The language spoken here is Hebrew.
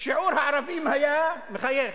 שיעור הערבים היה, מחייך,